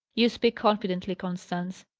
you speak confidently, constance.